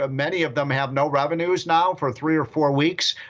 ah many of them have no revenues now for three or four weeks.